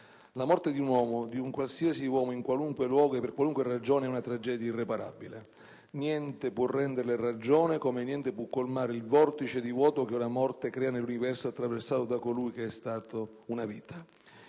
La morte di un uomo, di qualsiasi uomo in qualunque luogo e per qualunque ragione, è una tragedia irreparabile. Niente può renderle ragione, come niente può colmare il vortice di vuoto che una morte crea nell'universo attraversato da colui che è stato una vita.